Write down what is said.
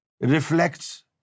reflects